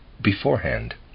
beforehand